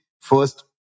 first